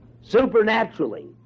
supernaturally